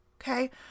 Okay